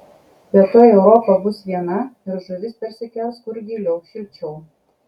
bet tuoj europa bus viena ir žuvis persikels kur giliau šilčiau